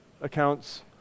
accounts